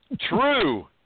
True